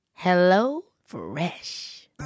HelloFresh